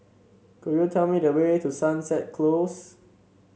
could you tell me the way to Sunset Close